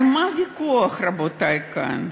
על מה הוויכוח, רבותי, כאן?